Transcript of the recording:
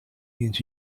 means